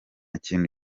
kintu